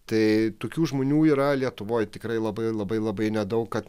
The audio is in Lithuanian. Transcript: tai tokių žmonių yra lietuvoje tikrai labai labai labai nedaug kad